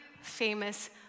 famous